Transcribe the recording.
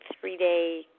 three-day